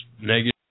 negative